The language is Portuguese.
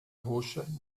roxa